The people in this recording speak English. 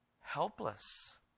Helpless